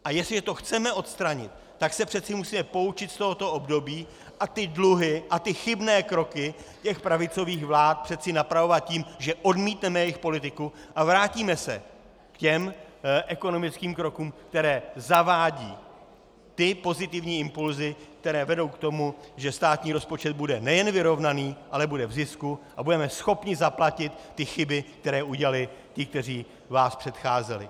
A jestliže to chceme odstranit, tak se přeci musíme poučit z tohoto období a ty dluhy a ty chybné kroky pravicových vlád přeci napravovat tím, že odmítneme jejich politiku a vrátíme se k těm ekonomickým krokům, které zavádí ty pozitivní impulsy, které vedou k tomu, že státní rozpočet bude nejen vyrovnaný, ale bude v zisku a budeme schopni zaplatit chyby, které udělali ti, kteří vás předcházeli.